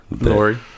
Lori